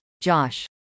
Josh